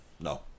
No